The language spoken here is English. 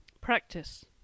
Practice